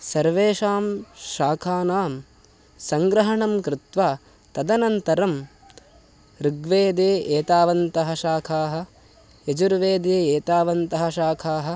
सर्वेषां शाखानां सङ्ग्रहणं कृत्वा तदनन्तरं ऋग्वेदे एतावन्तः शाखाः यजुर्वेदे एतावन्तः शाखाः